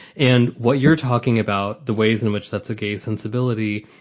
and what you're talking about, the ways in which that's a gay sensibility,